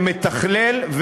שמתכלל,